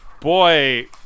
Boy